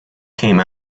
came